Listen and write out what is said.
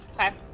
Okay